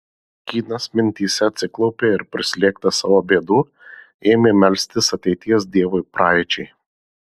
kynas mintyse atsiklaupė ir prislėgtas savo bėdų ėmė melstis ateities dievui praeičiai